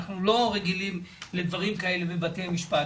אנחנו לא רגילים לדברים כאלו בבתי המשפט,